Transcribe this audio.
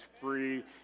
free